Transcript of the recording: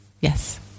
Yes